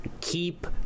keep